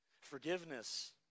Forgiveness